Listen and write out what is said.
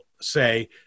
say